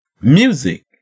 Music